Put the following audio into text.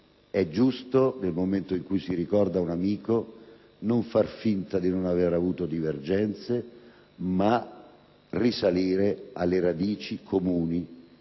È giusto, nel momento in cui si ricorda un amico, non far finta di non aver avuto divergenze, ma risalire alle radici comuni